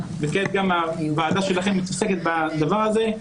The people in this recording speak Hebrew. וכעת גם הוועדה שלכם מתעסקת בדבר הזה.